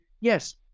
yes